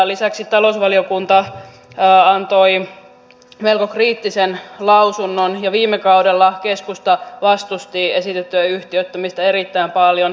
lisäksi talousvaliokunta antoi melko kriittisen lausunnon ja viime kaudella keskusta vastusti esitettyä yhtiöittämistä erittäin paljon